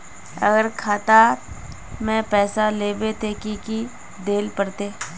अगर खाता में पैसा लेबे ते की की देल पड़ते?